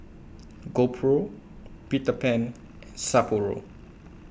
GoPro Peter Pan and Sapporo